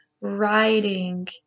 writing